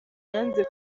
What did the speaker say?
yanze